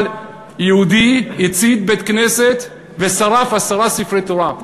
אבל יהודי הצית בית-כנסת ושרף עשרה ספרי תורה.